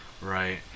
Right